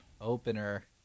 opener